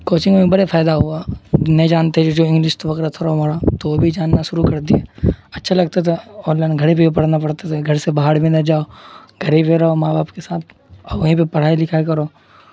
coaching میں بڑا فائدہ ہوا نہیں جانتے جو جو انگلش وغیرہ تھوڑا موڑا تو وہ بھی جاننا شروع کر دیے اچھا لگتا تھا آن لائن گھر ہی پہ بھی پڑھنا پڑتا تھاے گھر سے باہر بھی نہ جاؤ گھر ہی پہ رہو ماں باپ کے ساتھ اور وہیں پہ پڑھائی لکھائی کرو